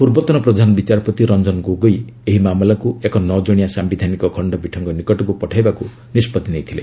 ପୂର୍ବତନ ପ୍ରଧାନ ବିଚାରପତି ରଞ୍ଜନ ଗୋଗୋଇ ଏହି ମାମଲାକୃ ଏକ ନଅ ଜଣିଆ ସିୟିଧାନିକ ଖଣ୍ଡପୀଠ ନିକଟକୁ ପଠାଇବାକୁ ନିଷ୍ପଭି ନେଇଥିଲେ